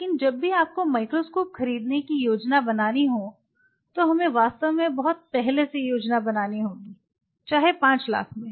लेकिन जब भी आपको माइक्रोस्कोप खरीदने की योजना बनानी हो तो हमें वास्तव में बहुत पहले से योजना बनानी होगी चाहे 5 लाख में